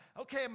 okay